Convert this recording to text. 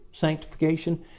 sanctification